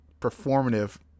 performative